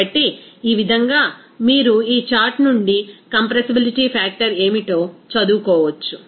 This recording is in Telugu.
కాబట్టి ఈ విధంగా మీరు ఈ చార్ట్ నుండి కంప్రెసిబిలిటీ ఫ్యాక్టర్ ఏమిటో చదువుకోవచ్చు